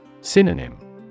Synonym